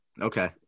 Okay